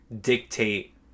dictate